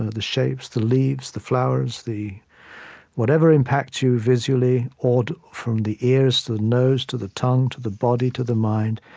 ah the shapes, the leaves, the flowers, the whatever impacts you visually or from the ears to the nose to the tongue to the body to the mind.